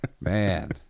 Man